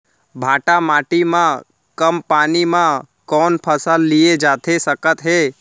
भांठा माटी मा कम पानी मा कौन फसल लिए जाथे सकत हे?